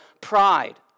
pride